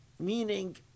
Meaning